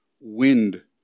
wind